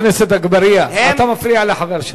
חבר הכנסת אגבאריה, אתה מפריע לחבר שלך.